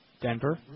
Denver